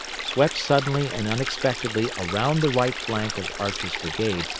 swept suddenly and unexpectedly around the right flank of archer's brigade,